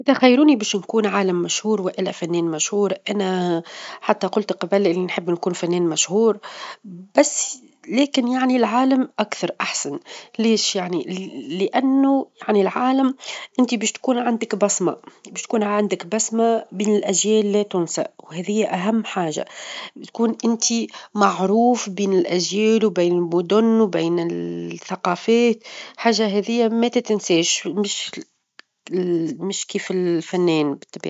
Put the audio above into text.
إذا خيروني باش نكون عالم مشهور، والا فنان مشهور، أنا حتى قلت قبل إني نحب نكون فنان مشهور، بس لكن يعني العالم أكثر، أحسن، ليش يعني؟ لأنه يعني العالم انت باش تكون عندك بصمة، باش تكون عندك بسمة بين الأجيال لا تنسى، وهذه هي أهم حاجة بتكون انت معروف بين الأجيال، وبين المدن، وبين الثقافات، حاجة هذي ما تتنساش -مش- مش كيف الفنان بالطبيعة.